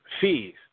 fees